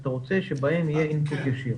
שאתה רוצה שבהם יהיה אינפוט ישיר.